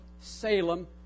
Salem